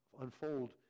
unfold